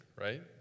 right